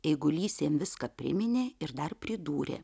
eigulys jam viską priminė ir dar pridūrė